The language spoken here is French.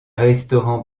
restaurants